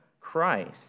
Christ